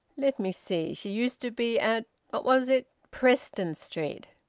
let me see she used to be at what was it preston street?